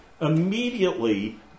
immediately